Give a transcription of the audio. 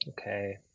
Okay